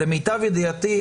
למיטב ידיעתי,